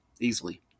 easily